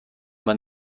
man